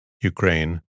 Ukraine